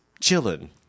chilling